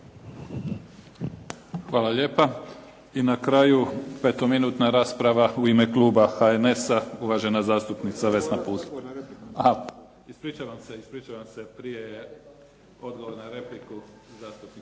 Hvala lijepa. I na kraju, petominutna rasprava u ime kluba HNS-a, uvažena zastupnica Vesna Pusić. … /Upadica se ne čuje./… Aha, ispričavam se. Prije odgovor na repliku, zastupnik